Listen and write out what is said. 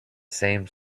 same